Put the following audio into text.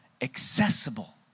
accessible